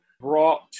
brought